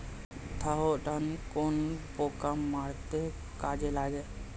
Thiodan কোন পোকা মারতে কাজে লাগে?